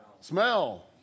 smell